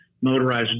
motorized